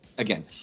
Again